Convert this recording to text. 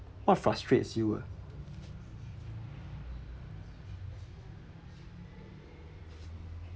what frustrates you ah